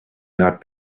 not